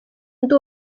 ndi